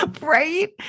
Right